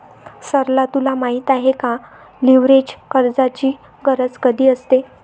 सरला तुला माहित आहे का, लीव्हरेज कर्जाची गरज कधी असते?